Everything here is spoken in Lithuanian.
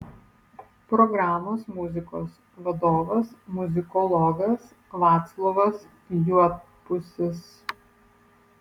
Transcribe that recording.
programos muzikos vadovas muzikologas vaclovas juodpusis